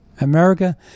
America